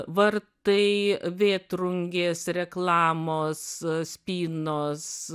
vartai vėtrungės reklamos spynos